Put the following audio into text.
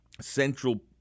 central